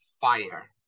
fire